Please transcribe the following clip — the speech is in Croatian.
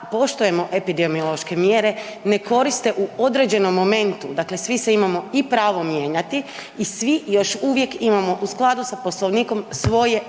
poštujemo epidemiološke mjere ne koriste u određenom momentu, dakle svi se imamo i pravo mijenjati i svi još uvijek imamo u skladu s Poslovnikom svoje